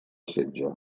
setge